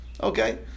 Okay